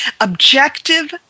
objective